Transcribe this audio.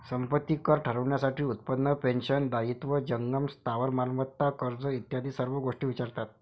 संपत्ती कर ठरवण्यासाठी उत्पन्न, पेन्शन, दायित्व, जंगम स्थावर मालमत्ता, कर्ज इत्यादी सर्व गोष्टी विचारतात